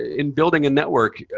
in building a network,